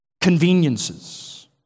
Conveniences